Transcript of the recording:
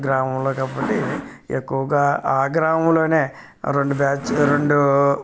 ఆ గ్రామంలో కబడ్డీ ఎక్కువగా ఆ గ్రామంలోనే రెండు బ్యాచ్ రెండు